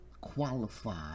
qualified